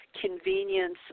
convenience